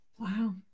Wow